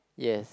yes